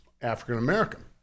African-American